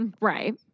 Right